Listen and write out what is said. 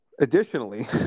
Additionally